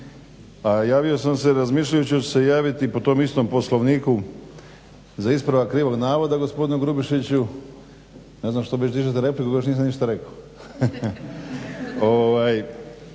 Javio sam se razmišljajući hoću se javiti po tom istom Poslovniku za ispravak krivog navoda gospodinu Grubišiću, ne znam što mi dižete repliku, još nisam ništa rekao,